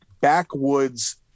backwoods